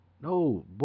No